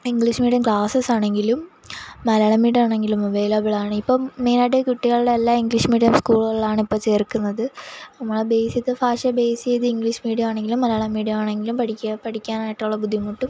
English medium ക്ലാസ്സസാണെങ്കിലും മലയാളം മീഡിയമാണെങ്കിലും അവൈലബിളാണിപ്പോള് മെയ്നായിട്ട് കുട്ടികളെല്ലാം ഇംഗ്ലീഷ് മീഡിയം സ്കൂളുകളിലാണിപ്പോള് ചേർക്കുന്നത് നമ്മുടെ ബേസ് ചെയ്ത ഭാഷയെ ബേസ് ചെയ്ത് ഇംഗ്ലീഷ് മീഡിയമാണെങ്കിലും മലയാളം മീഡിയമാണെങ്കിലും പഠിക്കുക പഠിക്കാനായിട്ടുള്ള ബുദ്ധിമുട്ടും